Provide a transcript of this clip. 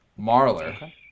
Marler